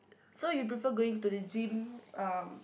so you prefer going to the gym um